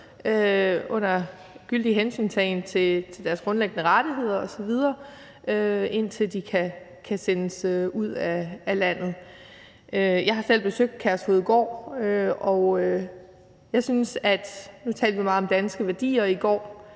under skyldig hensyntagen til deres grundlæggende rettigheder osv., indtil de kan sendes ud af landet. Jeg har selv besøgt Kærshovedgård. Nu talte vi meget om danske værdier i går.